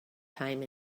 time